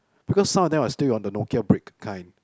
because some of them are still on the Nokia brick kind